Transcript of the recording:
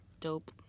Dope